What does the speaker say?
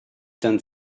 done